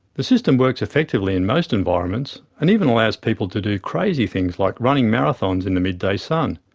the system works effectively in most environments, and even allows people to do crazy things like running marathons in the midday sun.